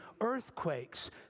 earthquakes